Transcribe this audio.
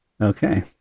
Okay